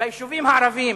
ביישובים הערביים